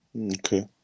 Okay